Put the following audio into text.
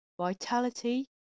Vitality